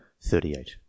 thirty-eight